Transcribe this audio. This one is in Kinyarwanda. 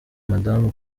madame